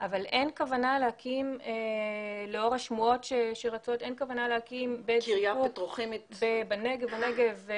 אבל אין כוונה להקים לאור השמועות שרצות תעשייה פטרוכימית בנגב.